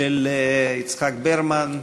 של יצחק ברמן,